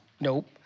Nope